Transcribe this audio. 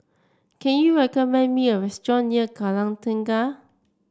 can you recommend me a restaurant near Kallang Tengah